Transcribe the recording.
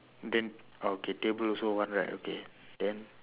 then okay table also one right okay then